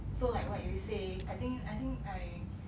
so like what you say I think I think